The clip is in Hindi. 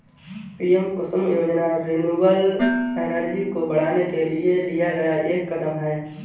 पी.एम कुसुम योजना रिन्यूएबल एनर्जी को बढ़ाने के लिए लिया गया एक कदम है